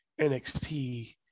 nxt